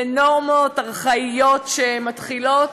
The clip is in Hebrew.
בנורמות ארכאיות שמתחילות,